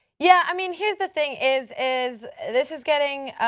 yeah, i mean, here's the thing is, is this is getting,